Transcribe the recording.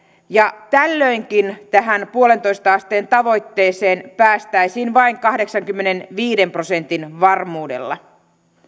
ja tällöinkin tähän yhteen pilkku viiteen asteen tavoitteeseen päästäisiin vain kahdeksankymmenenviiden prosentin varmuudella